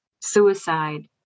suicide